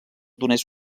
donés